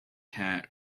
hat